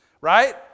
right